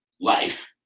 life